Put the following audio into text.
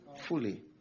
Fully